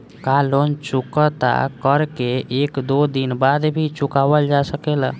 का लोन चुकता कर के एक दो दिन बाद भी चुकावल जा सकेला?